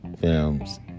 Films